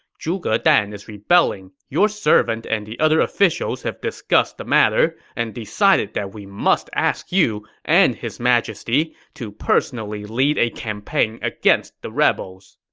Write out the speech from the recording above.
zhuge dan is rebelling. your servant and the other officials have discussed the matter and decided that we must ask you and his majesty to personally lead a campaign against the rebels.